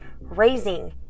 raising